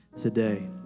today